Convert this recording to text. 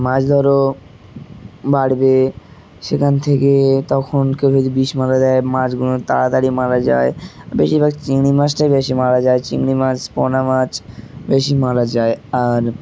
মাছ ধরো বাড়বে সেখান থেকে তখন কেউ যদি বিষ মারা দেয় মাছগুলো তাড়াতাড়ি মারা যায় বেশিরভাগ চিংড়ি মাছটাই বেশি মারা যায় চিংড়ি মাছ পোনা মাছ বেশি মারা যায় আর